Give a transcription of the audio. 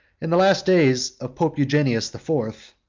in the last days of pope eugenius the fourth,